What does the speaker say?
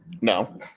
No